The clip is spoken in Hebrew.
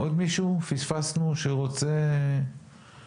יש עוד מישהו שרוצה להתייחס?